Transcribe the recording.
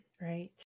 right